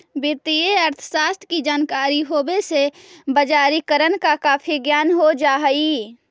वित्तीय अर्थशास्त्र की जानकारी होवे से बजारिकरण का काफी ज्ञान हो जा हई